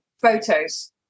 photos